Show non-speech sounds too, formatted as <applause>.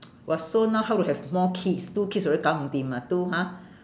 <noise> !wah! so now how to have more kids two kids already gao mm dim ah two ha